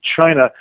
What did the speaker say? China